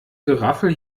geraffel